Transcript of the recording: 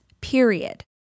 period